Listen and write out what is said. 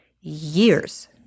years